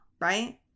right